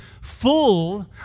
full